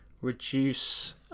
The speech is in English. reduce